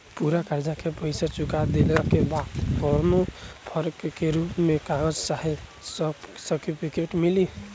पूरा कर्जा के पईसा चुका देहला के बाद कौनो प्रूफ के रूप में कागज चाहे सर्टिफिकेट मिली?